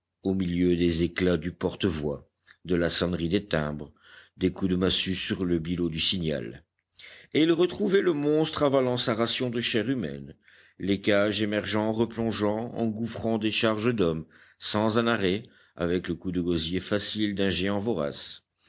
au milieu des éclats du porte-voix de la sonnerie des timbres des coups de massue sur le billot du signal et il retrouvait le monstre avalant sa ration de chair humaine les cages émergeant replongeant engouffrant des charges d'hommes sans un arrêt avec le coup de gosier facile d'un géant vorace